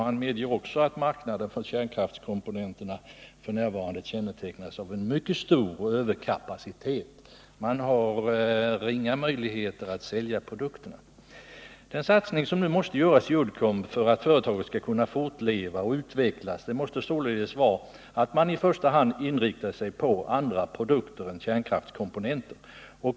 Han medger också att marknaden för kärnkraftskomponenter f.n. kännetecknas av en mycket stor överkapacitet. Man har ringa möjligheter att sälja produkterna. Den satsning som nu måste göras i Uddcomb för att företaget skall kunna fortleva och utvecklas måste således vara att man i första hand inriktar sig på andra produkter än kärnkraftskomponenter.